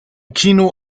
kino